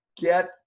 get